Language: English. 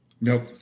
Nope